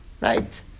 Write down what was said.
Right